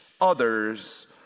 others